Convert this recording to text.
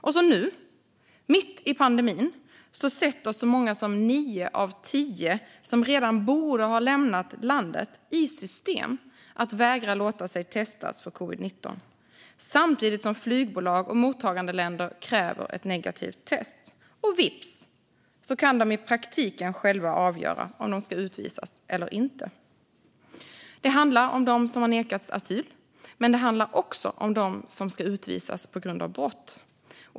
Och så nu, mitt i pandemin, sätter så många som nio av tio som redan borde ha lämnat landet i system att vägra låta sig testas för covid-19, samtidigt som flygbolag och mottagandeländer kräver ett negativt test. Vips kan de i praktiken själva avgöra om de ska utvisas eller inte. Det handlar om dem som har nekats asyl, men det handlar också om dem som ska utvisas på grund av brott.